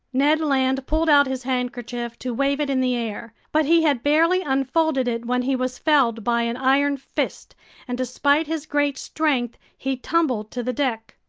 ned land pulled out his handkerchief to wave it in the air. but he had barely unfolded it when he was felled by an iron fist, and despite his great strength, he tumbled to the deck.